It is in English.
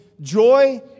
joy